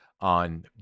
on